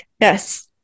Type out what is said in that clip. Yes